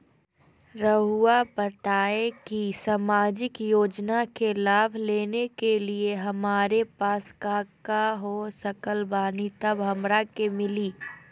रहुआ बताएं कि सामाजिक योजना के लाभ लेने के लिए हमारे पास काका हो सकल बानी तब हमरा के मिली?